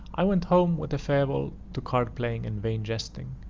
i went home, with a farewell to card-playing and vain jesting,